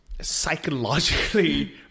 psychologically